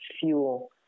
fuel